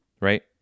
Right